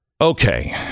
Okay